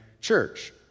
church